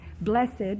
Blessed